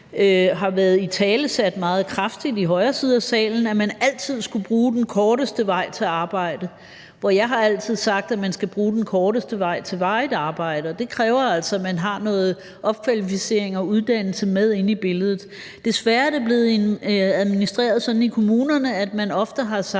har været italesat meget kraftigt i højre side af salen, altså at man altid skulle bruge den korteste vej til arbejde. Jeg har altid sagt, at man skal bruge den korteste vej til varigt arbejde, og det kræver altså, at man har noget opkvalificering og uddannelse med inde i billedet. Desværre er det blevet administreret sådan i kommunerne, at man ofte har sagt